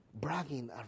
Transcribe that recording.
Bragging